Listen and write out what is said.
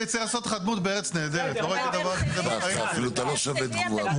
צא החוצה אתה לא שווה תגובה,